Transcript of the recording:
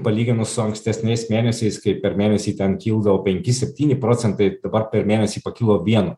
palyginus su ankstesniais mėnesiais kai per mėnesį ten kildavo penki septyni procentai dabar per mėnesį pakilo vienu